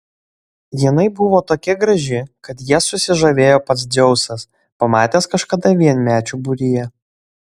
jinai buvo tokia graži kad ja susižavėjo pats dzeusas pamatęs kažkada vienmečių būryje